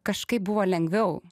kažkaip buvo lengviau